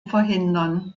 verhindern